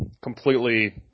completely